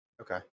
Okay